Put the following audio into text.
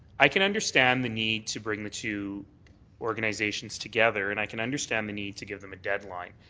i can understand the need to bring the two organizations together and i can understand the need to give them a deadline.